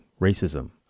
racism